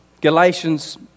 Galatians